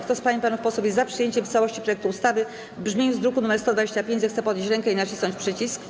Kto z pań i panów posłów jest za przyjęciem w całości projektu ustawy w brzmieniu z druku nr 125, zechce podnieść rękę i nacisnąć przycisk.